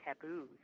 taboos